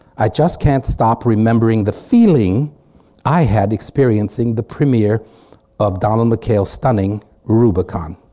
i just can't stop remembering the feeling i had experiencing the premiere of donald mckayle's stunning rubicon.